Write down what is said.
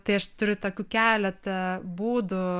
tai aš turiu tokių keletą būdų